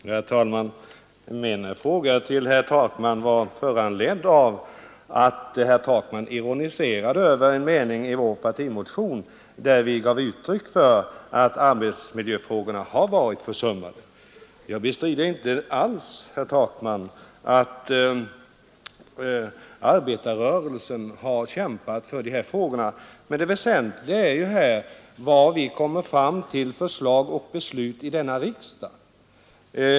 Herr talman! Min fråga till herr Takman var föranledd av att herr Takman ironiserade över den mening i vår partimotion, där vi gav uttryck för uppfattningen att arbetsmiljöfrågorna har varit försummade. Jag bestrider inte alls, herr Takman, att arbetarrörelsen har kämpat för dessa frågor. Men det väsentliga är ju här vad det kommer för förslag och beslut i denna riksdag.